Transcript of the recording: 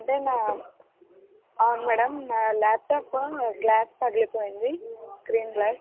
అంటే నా అవును మేడం నా ల్యాప్టాప్ గ్లాస్ పగిలిపోయింది స్క్రీన్ గ్లాస్